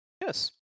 Yes